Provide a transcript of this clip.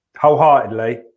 wholeheartedly